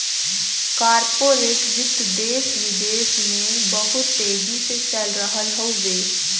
corporate वित्त देस विदेस में बहुत तेजी से चल रहल हउवे